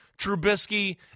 Trubisky